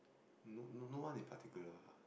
no no no one in particular lah